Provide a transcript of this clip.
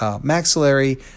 maxillary